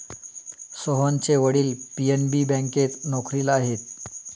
सोहनचे वडील पी.एन.बी बँकेत नोकरीला आहेत